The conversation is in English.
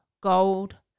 gold